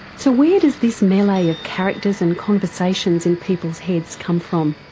so where does this melee of characters and conversations in people's heads come from?